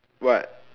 what